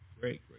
Great